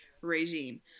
regime